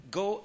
go